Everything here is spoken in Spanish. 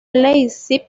leipzig